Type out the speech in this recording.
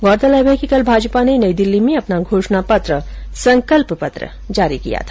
गौरतलब है कि कल भाजपा ने नई दिल्ली में अपना घोषणा पत्र संकल्प पत्र जारी किया था